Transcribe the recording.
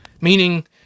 meaning